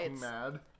mad